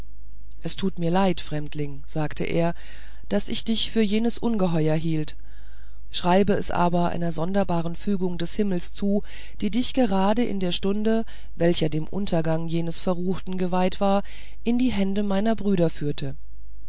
es tut mir leid fremdling sagte er daß ich dich für jenes ungeheuer hielt schreibe es aber einer sonderbaren fügung des himmels zu die dich gerade in der stunde welche dem untergang jenes verruchten geweiht war in die hände meiner brüder führte